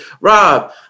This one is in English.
Rob